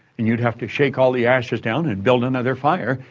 and you'd have to shake all the ashes down and build another fire,